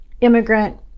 immigrant